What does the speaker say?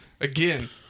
Again